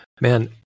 man